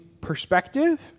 perspective